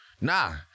Nah